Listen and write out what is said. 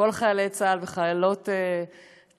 כל חיילי צה"ל וחיילות צה"ל,